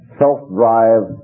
self-drive